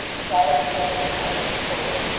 sharp, dense, and icy-cold,